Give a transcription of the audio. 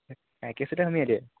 একেচোতে সোমোৱাই দিয়ে